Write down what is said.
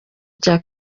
cya